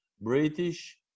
British